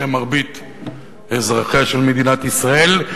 שהם מרבית אזרחיה של מדינת ישראל,